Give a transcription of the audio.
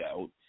out